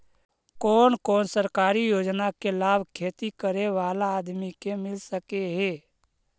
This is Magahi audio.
कोन कोन सरकारी योजना के लाभ खेती करे बाला आदमी के मिल सके हे?